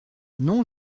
non